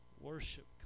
Worship